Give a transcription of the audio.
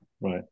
right